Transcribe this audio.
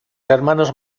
hermanos